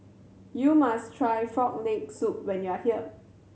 you must try Frog Leg Soup when you are here